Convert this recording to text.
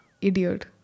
idiot